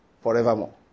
forevermore